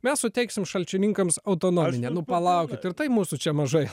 mes suteiksim šalčininkams autonominę nu palaukit ir tai mūsų čia mažai